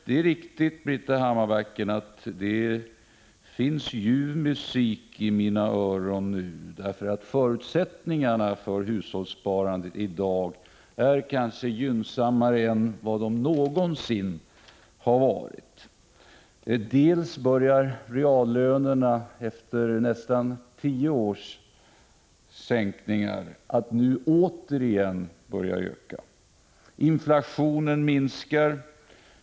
Det är riktigt, Britta Hammarbacken, att det är som ljuv musik i mina öron att förutsättningarna för hushållssparandet i dag är gynnsammare än de kanske någonsin har varit. Reallönerna börjar, efter nästan tio års sänkningar, att återigen öka. Inflationen minskar.